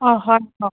অঁ হয় হয়